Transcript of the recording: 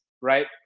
Right